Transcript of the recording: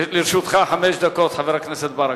לרשותך חמש דקות, חבר הכנסת ברכה.